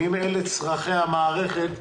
אם אלה צרכי המערכת,